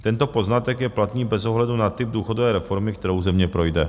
Tento poznatek je platný bez ohledu na typ důchodové reformy, kterou země projde.